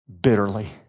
bitterly